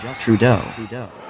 Trudeau